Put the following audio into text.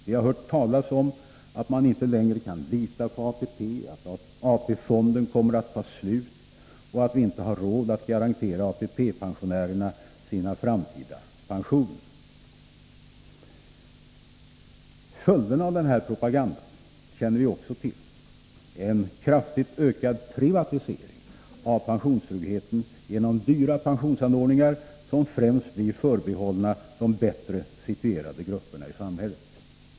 Vi har hört talas om att man inte längre kan lita på ATP, att AP-fonden kommer att ta slut och att vi inte har råd att garantera ATP-pensionärerna deras framtida pensioner. Följderna av den här propagandan känner vi också till: en kraftigt ökad privatisering av pensionstryggheten genom dyra pensionsanordningar som främst blir förbehållna de bättre situerade grupperna i samhället.